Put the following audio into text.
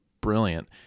brilliant